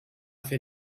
fer